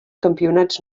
campionats